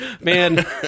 man